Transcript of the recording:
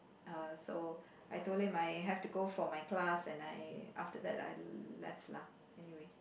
uh so I told him I have to go for my class and I after that I left lah anyway